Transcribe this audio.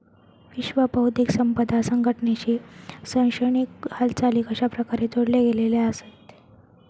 विश्व बौद्धिक संपदा संघटनेशी शैक्षणिक हालचाली कशाप्रकारे जोडले गेलेले आसत?